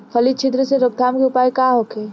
फली छिद्र से रोकथाम के उपाय का होखे?